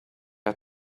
had